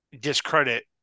discredit